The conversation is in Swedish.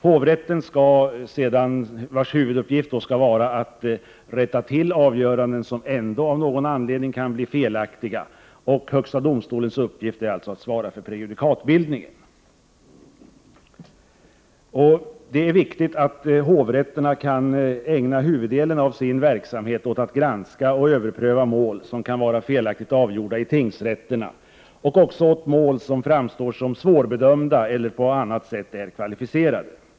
Hovrättens huvuduppgift är att rätta till avgöranden som ändå av någon anledning blivit felaktiga. Högsta domstolen skall svara för prejudikatsbildningen. Det är viktigt att hovrätterna kan ägna huvuddelen av sin verksamhet åt att granska och överpröva mål som kan vara felaktigt avgjorda i tingsrätterna och även åt mål som framstår som svårbedömda eller på annat sätt är kvalificerade.